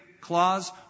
clause